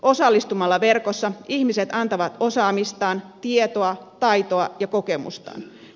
osallistumalla verkossa ihmiset antavat osaamistaan tietoa taitoa ja kokemustaan